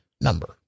number